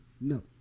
no